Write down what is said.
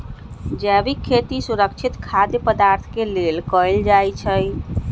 जैविक खेती सुरक्षित खाद्य पदार्थ के लेल कएल जाई छई